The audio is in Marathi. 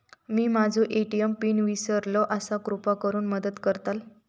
मी माझो ए.टी.एम पिन इसरलो आसा कृपा करुन मदत करताल